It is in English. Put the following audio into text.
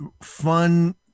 fun